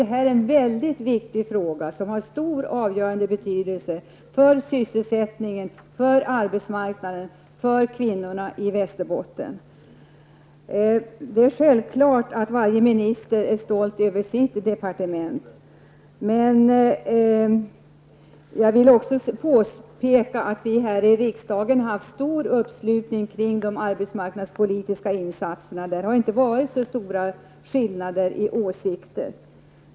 Det här är ju en väldigt viktig fråga -- en fråga som har stor och avgörande betydelse för sysselsättningen, för arbetsmarknaden och för kvinnorna i Västerbotten. Det är självklart att varje minister är stolt över sitt departement, men jag vill också påpeka att uppslutningen här i riksdagen har varit stor kring de arbetsmarknadspolitiska insatserna. Det har inte varit så stora skillnader i åsikter.